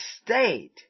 state